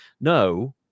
No